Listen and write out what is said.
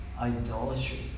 idolatry